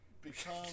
Become